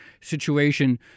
situation